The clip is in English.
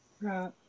Right